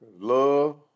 love